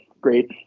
Great